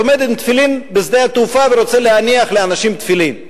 עומד עם תפילין בשדה-התעופה ורוצה להניח לאנשים תפילין.